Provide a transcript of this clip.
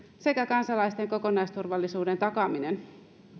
sekä kansalaisten kokonaisturvallisuuden takaaminen